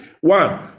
One